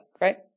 right